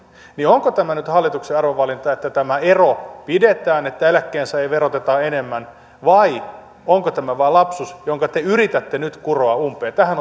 onko tämä nyt hallituksen arvovalinta että tämä ero pidetään että eläkkeensaajia verotetaan enemmän vai onko tämä vain lapsus jonka te yritätte nyt kuroa umpeen tähän